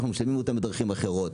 אנחנו משלמים אותו בדרכים אחרות.